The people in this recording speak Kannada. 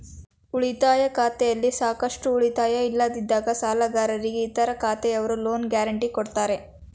ಉಳಿತಾಯ ಖಾತೆಯಲ್ಲಿ ಸಾಕಷ್ಟು ಉಳಿತಾಯ ಇಲ್ಲದಿದ್ದಾಗ ಸಾಲಗಾರರಿಗೆ ಇತರ ಖಾತೆಯವರು ಲೋನ್ ಗ್ಯಾರೆಂಟಿ ಕೊಡ್ತಾರೆ